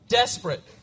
desperate